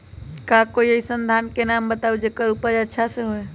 का कोई अइसन धान के नाम बताएब जेकर उपज अच्छा से होय?